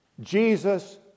Jesus